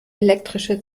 elektrische